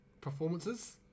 performances